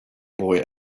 boy